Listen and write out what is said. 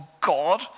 God